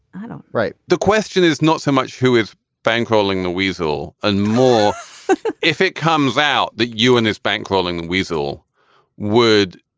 ah right the question is not so much who is bankrolling the weasel and more if it comes out that you and his bankrolling the weasel word.